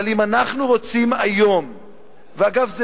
אבל אם אנחנו רוצים היום ואגב,